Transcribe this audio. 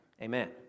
Amen